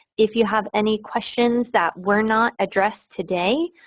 if you have any questions that were not addressed today,